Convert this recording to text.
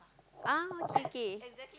ah okay kay